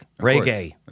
Reggae